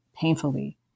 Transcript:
painfully